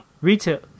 Retail